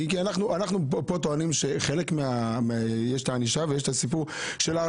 אנחנו טוענים שיש את הענישה אבל יש את החלק שהוא ההרתעה.